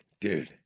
dude